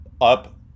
up